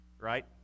Right